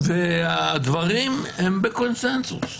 הדברים הם בקונצנזוס.